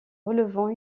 relevant